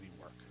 work